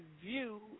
view